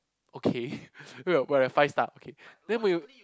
okay we're we're five star okay then when you